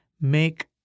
make